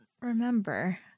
remember